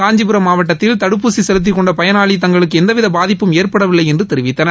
காஞ்சிபுரம் மாவட்டத்தில் தடுப்பூசி செலுத்திக்கொண்ட பயனாளிகள் தங்களுக்கு எவ்வித பாதிப்பும் ஏற்படவில்லை என்று தெரிவித்தனர்